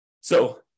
So-